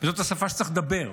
וזאת השפה שצריך לדבר.